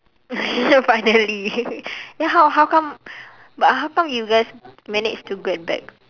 finally then how how come but how come you guys manage to get back